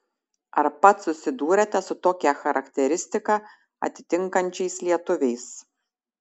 ar pats susidūrėte su tokią charakteristiką atitinkančiais lietuviais